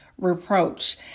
reproach